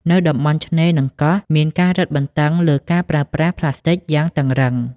នៅតំបន់ឆ្នេរនិងកោះ មានការរឹតបន្តឹងលើការប្រើប្រាស់ប្លាស្ទិកយ៉ាងតឹងរ៉ឹង។